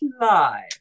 live